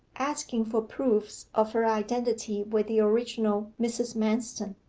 asking for proofs of her identity with the original mrs. manston.